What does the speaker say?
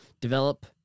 develop